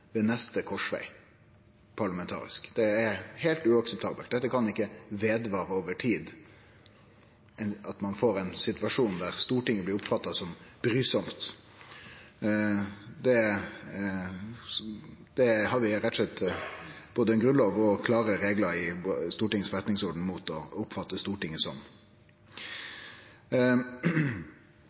ved neste krossveg. Det er heilt uakseptabelt. Dette kan ikkje halde fram over tid – at vi får ein situasjon der Stortinget blir oppfatta som brysamt. Det har vi rett og slett både ei grunnlov og klare reglar i Stortingets forretningsorden mot å oppfatte Stortinget som.